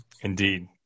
Indeed